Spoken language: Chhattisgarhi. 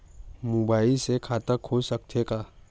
मुबाइल से खाता खुल सकथे का?